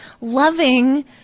loving